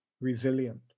resilient